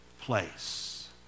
place